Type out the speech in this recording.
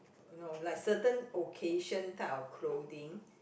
no like certain occasion type of clothing